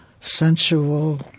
sensual